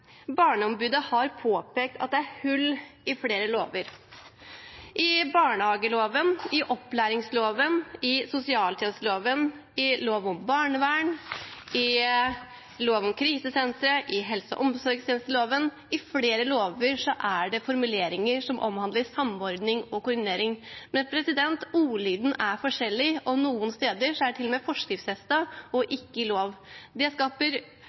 Barneombudet har påpekt at det er hull i flere lover. I barnehageloven, i opplæringsloven, i sosialtjenesteloven, i lov om barnevern, i lov om krisesentre, i helse- og omsorgstjenesteloven – i flere lover – er det formuleringer som omhandler samordning og koordinering, men ordlyden er forskjellig, og noen steder er det til og med forskriftsfestet og ikke i lov. Det skaper